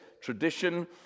tradition